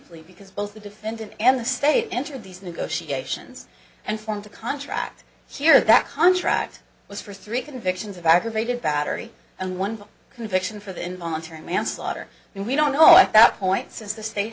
plea because both the defendant and the state entered these negotiations and formed a contract here that contract was for three convictions of aggravated battery and one conviction for the involuntary manslaughter and we don't know at that point since th